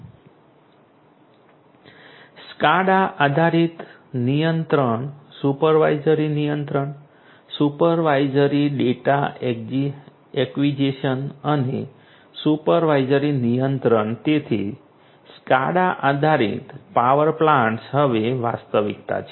SCADA આધારિત નિયંત્રણ supervisory નિયંત્રણ સુપરવાઇઝરી ડેટા એક્વિઝિશન અને સુપરવાઇઝરી નિયંત્રણ તેથી SCADA આધારિત પાવર પ્લાન્ટ્સ હવે વાસ્તવિકતા છે